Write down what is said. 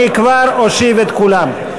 אני כבר אושיב את כולם.